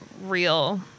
real